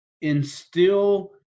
instill